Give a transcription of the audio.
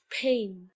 pain